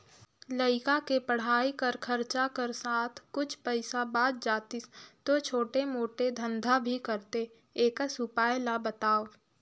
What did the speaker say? लइका के पढ़ाई कर खरचा कर साथ कुछ पईसा बाच जातिस तो छोटे मोटे धंधा भी करते एकस उपाय ला बताव?